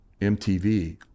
MTV